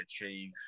achieve